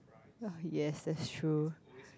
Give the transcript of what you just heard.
yes that's true